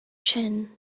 chin